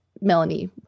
Melanie